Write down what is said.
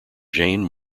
jane